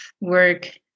work